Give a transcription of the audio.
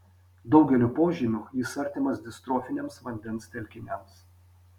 daugeliu požymių jis artimas distrofiniams vandens telkiniams